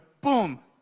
boom